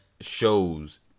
shows